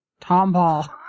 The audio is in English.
Tomball